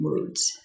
words